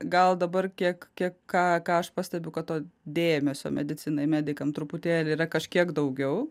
gal dabar iek kiek ką ką aš pastebiu kad to dėmesio medicinai medikam truputėlį yra kažkiek daugiau